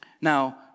Now